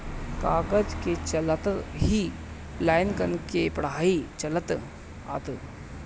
कागज के चलते ही लइकन के पढ़ाई चलअता